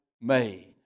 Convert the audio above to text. made